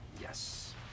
Yes